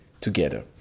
together